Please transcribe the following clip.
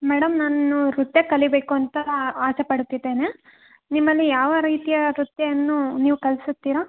madam ನಾನು ನೃತ್ಯ ಕಲಿಯಬೇಕು ಅಂತ ಆಸೆ ಪಡುತ್ತಿದ್ದೇನೆ ನಿಮ್ಮಲ್ಲಿ ಯಾವ ರೀತಿಯ ನೃತ್ಯಯನ್ನು ನೀವು ಕಲಿಸುತ್ತೀರ